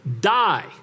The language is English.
die